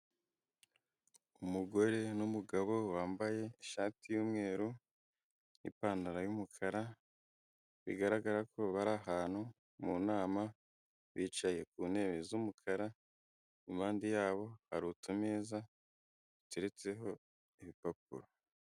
Umugore n'umugabo wambaye ishati y'umweru n'ipantaro y'umukara bigaragara ko bari ahantu mu nama, bicaye ku ntebe z'umukara impande yabo hari utumeza duteretseho ibipapuro.